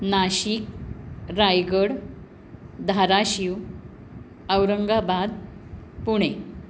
Nashik Raigad Dharashiv Aurangabad Pune